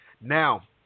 Now